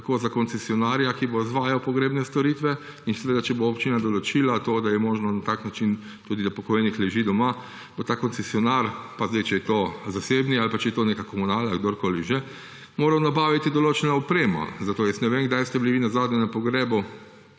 tako za koncesionarja, ki bo izvajal pogrebne storitve, in če bo občina določila, da je možno na tak način tudi, da pokojnik leži doma, bo ta koncesionar − pa če je to zasebni ali pa če je to neka komunala ali kdorkoli že − moral nabaviti določeno opremo. Zato jaz ne vem, kdaj ste bili vi nazadnje na pogrebu